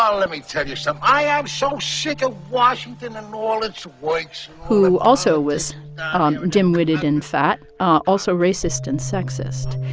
um let me tell you something. so i am so sick of washington and all its works. who also was dimwitted and fat also racist and sexist.